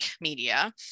Media